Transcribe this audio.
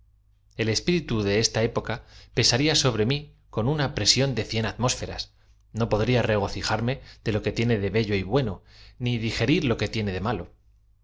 l espiritu de eata época pesaría so bre mi con uoa presión de cíen atmósferas no podría regocijarme de lo que tiene de bello y bueno ni dige rir lo que tiene de m alo